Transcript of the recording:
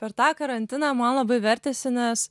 per tą karantiną man labai vertėsi nes